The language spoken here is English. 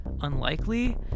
unlikely